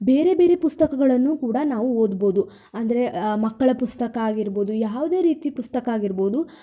ಬೇರೆ ಬೇರೆ ಪುಸ್ತಕಗಳನ್ನು ಕೂಡ ನಾವು ಓದ್ಬೌದು ಅಂದರೆ ಮಕ್ಕಳ ಪುಸ್ತಕ ಆಗಿರ್ಬೌದು ಯಾವುದೇ ರೀತಿ ಪುಸ್ತಕ ಆಗಿರ್ಬೌದು